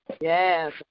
Yes